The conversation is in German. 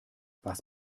was